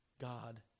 God